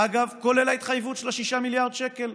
אגב, כולל ההתחייבות של 6 מיליארד השקלים,